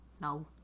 No